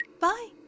Bye